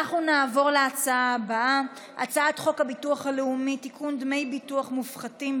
הודעה למזכירת הכנסת.